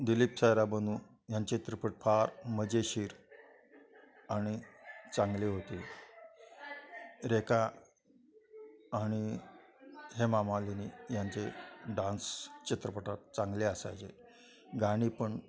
दिलीप सायराबानू यां चित्रपट फार मजेशीर आणि चांगली होते रेखा आणि हेमा मालीनी यांचे डान्स चित्रपटात चांगले असायचे गाणी पण